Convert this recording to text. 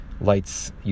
lights